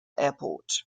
airport